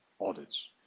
audits